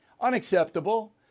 Unacceptable